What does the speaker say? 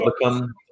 Welcome